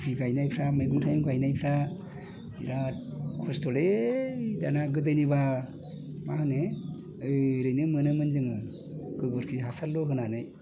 खिथि गायनायफ्रा मैगं थाइगं गायनायफ्रा बिराद खस्थ'लै दाना गोदोनिब्ला मा होनो ओइ ओरैनो मोनोमोन जोङो गोबोरखि हासारल' होनानै